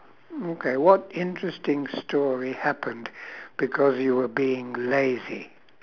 okay what interesting story happened because you were being lazy